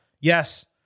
Yes